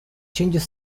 changes